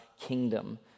kingdom